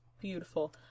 beautiful